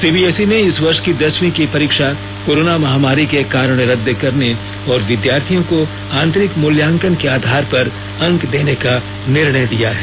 CBSE ने इस वर्ष की दसवीं की परीक्षा कोरोना महामारी के कारण रद्द करने और विद्यार्थियों को आंतरिक मूल्यांकन के आधार पर अंक देने का निर्णय लिया है